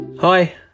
Hi